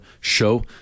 show